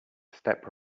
step